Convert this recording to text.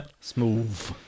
smooth